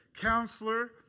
counselor